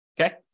Okay